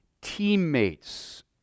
teammates